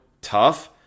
tough